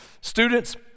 Students